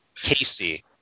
Casey